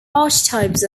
archetypes